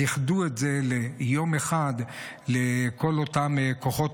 אז איחדו את זה ליום אחד לכל אותם הכוחות.